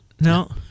No